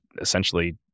essentially